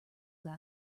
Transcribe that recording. got